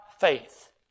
faith